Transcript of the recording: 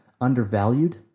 undervalued